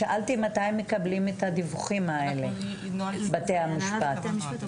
שאלתי מתי מקבלים את הדיווחים האלה בתי המשפט.